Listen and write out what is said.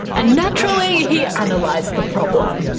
and naturally, he analysed the problem.